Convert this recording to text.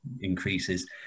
increases